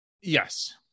Yes